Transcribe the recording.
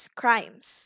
crimes